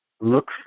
look